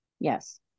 Yes